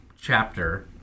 chapter